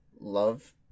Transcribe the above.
love